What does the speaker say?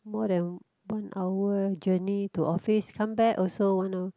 more than one hour journey to office come back also one hour